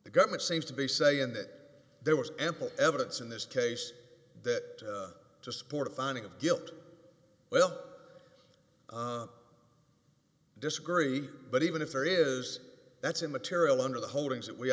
the government seems to be saying that there was ample evidence in this case that to support a finding of guilt well i disagree but even if there is that's immaterial under the holdings